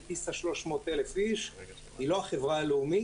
הטיסה 300,000 איש והיא לא החברה הלאומית,